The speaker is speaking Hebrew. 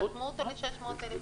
חסמו אותו ל-600,000 איש.